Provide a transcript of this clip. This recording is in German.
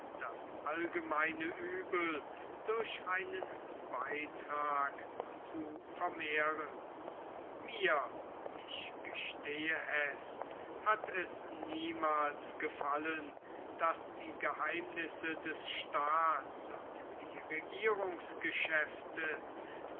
das allgemeine uebel durch einen beitrag zu vermehren mir ich gestehe es hat es niemals gefallen daß die geheimnisse des staats und die regierungsgeschäfte